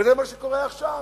וזה מה שקורה עכשיו.